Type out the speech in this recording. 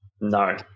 No